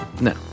No